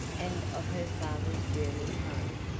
and of her father's journey home.